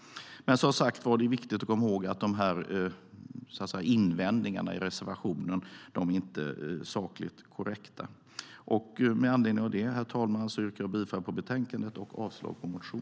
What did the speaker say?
Det är dock som sagt viktigt att komma ihåg att invändningarna i reservationen inte är sakligt korrekta. Med anledning av det, herr talman, yrkar jag bifall till utskottets förslag i betänkandet och avslag på motionen.